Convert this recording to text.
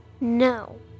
No